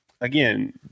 again